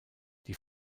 die